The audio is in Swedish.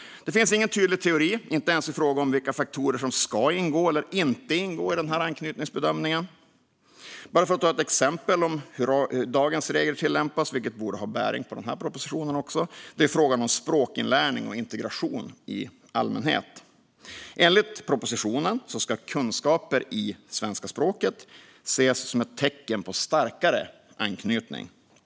Det finns ingen tydlig teori, inte ens i fråga om vilka faktorer som ska ingå eller inte ingå i anknytningsbedömningen. Ett exempel på hur dagens regel tillämpas, vilket borde ha bäring på den här propositionen också, är frågan om språkinlärning och integration i allmänhet. Enligt propositionen ska kunskaper i svenska språket ses som ett tecken på starkare anknytning.